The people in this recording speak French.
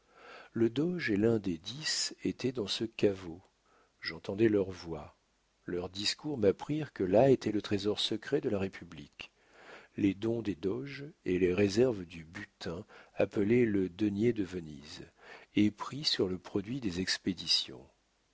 le doge et l'un des dix étaient dans ce caveau j'entendais leurs voix leurs discours m'apprirent que là était le trésor secret de la république les dons des doges et les réserves du butin appelé le denier de venise et pris sur le produit des expéditions